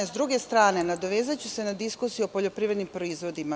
S druge strane, nadovezaću se na diskusiju u poljoprivrednim proizvodima.